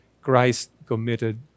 Christ-committed